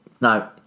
No